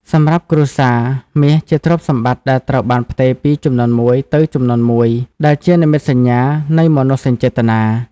សម្រាប់គ្រួសារ មាសជាទ្រព្យសម្បត្តិដែលត្រូវបានផ្ទេរពីជំនាន់មួយទៅជំនាន់មួយ ដែលជានិមិត្តសញ្ញានៃមនោសញ្ចេតនា។